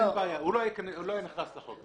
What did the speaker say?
הוא לא היה נכנס לחוק.